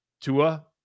tua